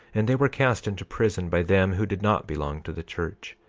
and they were cast into prison by them who did not belong to the church.